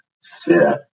sit